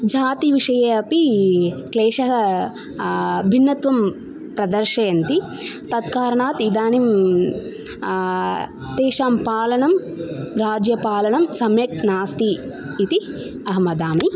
जातिविषये अपि क्लेशः भिन्नत्वं प्रदर्शयन्ति तत् कारणात् इदानीं तेषां पालनं राज्यपालनं सम्यक् नास्ति इति अहं वदामि